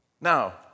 Now